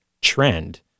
trend